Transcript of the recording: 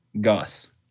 Gus